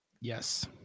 Yes